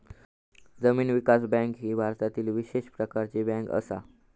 जमीन विकास बँक ही भारतातली विशेष प्रकारची बँक असा